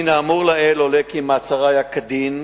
מן האמור לעיל עולה כי מעצרה היה כדין,